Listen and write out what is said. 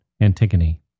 Antigone